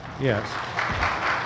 Yes